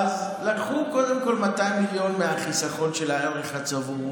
אז לקחו קודם כול 200 מיליון מהחיסכון של הערך הצבור.